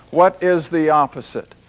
what is the opposite?